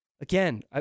Again